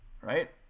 Right